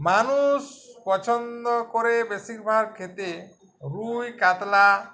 মানুষ পছন্দ করে বেশিরভাগ ক্ষেত্রে রুই কাতলা